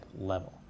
level